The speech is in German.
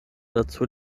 dazu